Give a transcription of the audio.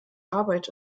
arbeit